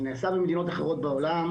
זה נעשה במדינות אחרות בעולם.